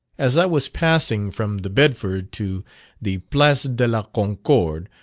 as i was passing from the bedford to the place de la concord,